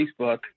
Facebook